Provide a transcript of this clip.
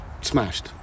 smashed